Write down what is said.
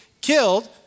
killed